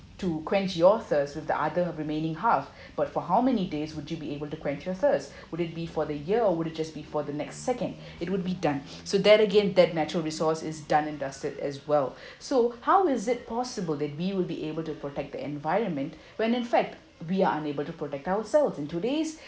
to quench your thirst with the other remaining half but for how many days would you be able to quench your thirst would it be for the year or would it just before the next second it would be done so that again that natural resource is done and dusted as well so how is it possible that we will be able to protect the environment when in fact we are unable to protect ourselves in today's